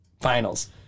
Finals